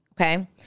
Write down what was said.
okay